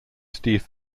steve